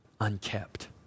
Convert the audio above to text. unkept